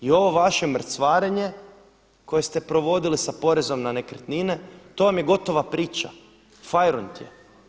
I ovo vaše mrcvarenje koje ste provodili sa porezom na nekretnine, to vam je gotova priča, fajrunt je.